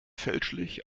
fälschlich